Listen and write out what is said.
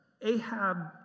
Ahab